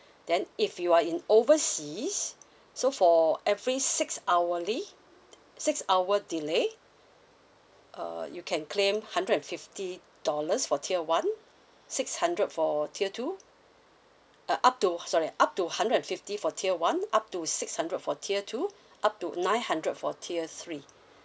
then if you are in overseas so for every six hourly six hour delay uh you can claim hundred and fifty dollars for tier one six hundred for tier two uh up to sorry up to hundred and fifty for tier one up to six hundred for tier two up to nine hundred for tier three